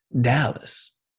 Dallas